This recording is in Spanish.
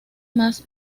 más